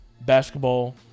basketball